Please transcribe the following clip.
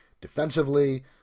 defensively